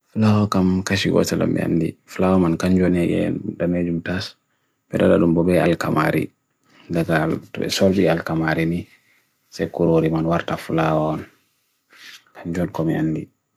Polar bears ɓe woni sabu ɓe nafoore, kiiki e hawru, puccu giɓe, e nder hokka fowru gallaŋ, ɗiɗi puccu mo to.